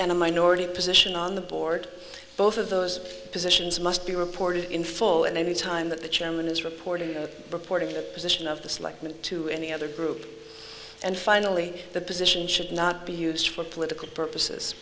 in a minority position on the board both of those positions must be reported in full and any time that the chairman is reporting of reporting the position of the selectmen to any other group and finally the position should not be used for political purposes